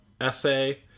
essay